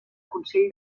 consell